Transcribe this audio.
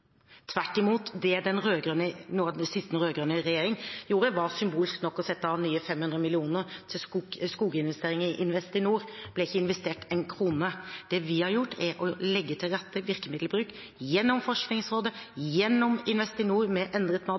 Tvert imot. Noe av det siste den rød-grønne regjeringen gjorde, var symbolsk nok å sette av nye 500 mill. kr til skoginvesteringer i Investinor. Det ble ikke investert én krone. Det vi har gjort, er å legge til rette for en virkemiddelbruk – gjennom Forskningsrådet, gjennom Investinor, med endret